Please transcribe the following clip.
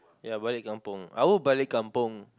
ya balik kampung I would balik kampung